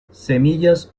semillas